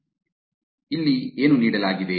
ಆದ್ದರಿಂದ ಇಲ್ಲಿ ಏನು ನೀಡಲಾಗಿದೆ